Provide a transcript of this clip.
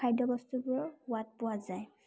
খাদ্যবস্তুবোৰৰ সোৱাদ পোৱা যায়